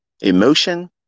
emotion